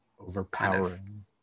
overpowering